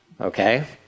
okay